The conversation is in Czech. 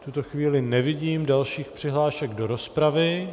V tuto chvíli nevidím dalších přihlášek do rozpravy.